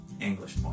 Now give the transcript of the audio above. English